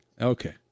Okay